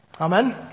Amen